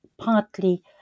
partly